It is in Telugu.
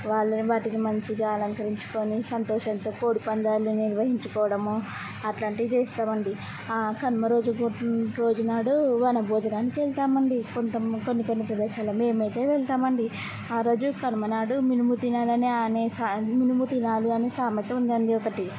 వాళ్ళని వాటికి మంచిగా అలంకరించుకొని సంతోషంతో కోడి పందాలు నిర్వహించుకోవడము అట్లాంటివి చేస్తాం అండి కనుమ రోజు రోజునాడు వనభోజనానికి వెళ్తాం అండి కొంత కొన్ని కొన్ని ప్రదేశాలు మేము అయితే వెళ్తామండి ఆ రోజు కనుమ నాడు మినుము తినాలనే అనే సా మినుము తినాలని సామెత ఉందండి ఒకటి